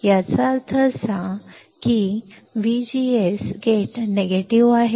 त्याचा अर्थ असा की तो VGS गेट नकारात्मक आहे